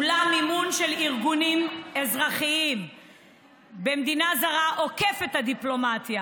אולם מימון של ארגונים אזרחיים במדינה זרה עוקף את הדיפלומטיה.